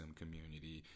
community